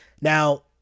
Now